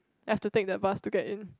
I have to take the bus to get in